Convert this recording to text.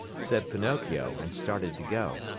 said pinocchio and started to go.